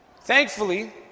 Thankfully